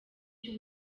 cy’u